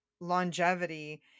longevity